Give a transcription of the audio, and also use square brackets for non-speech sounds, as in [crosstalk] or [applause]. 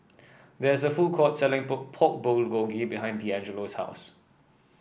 there is a food court selling [unintelligible] Pork Bulgogi behind Deangelo's house